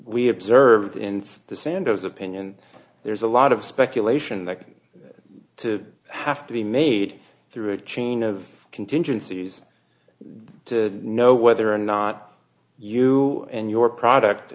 we observed in the sandoz opinion there's a lot of speculation that to have to be made through a chain of contingencies to know whether or not you and your product